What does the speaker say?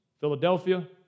Philadelphia